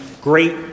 great